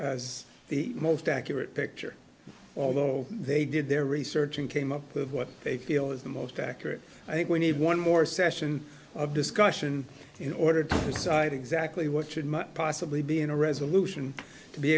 as the most accurate picture although they did their research and came up with what they feel is the most accurate i think we need one more session of discussion in order to decide exactly what should might possibly be in a resolution to be